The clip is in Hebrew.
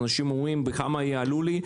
כל פעם אנשים אומרים: בכמה יעלו לי?